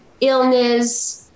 illness